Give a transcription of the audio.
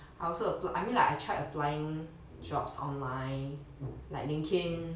I also applied I mean like I tried applying jobs online like LinkedIn